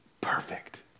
perfect